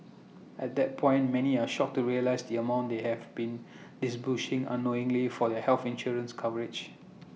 at that point many are shocked to realise the amount they have been disbursing unknowingly for their health insurance coverage